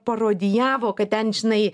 parodijavo kad ten žinai